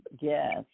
Yes